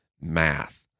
math